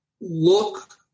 look